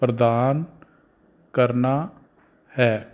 ਪ੍ਰਦਾਨ ਕਰਨਾ ਹੈ